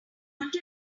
want